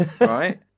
right